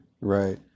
Right